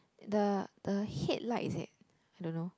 the the headlights eh I don't know